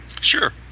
Sure